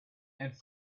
and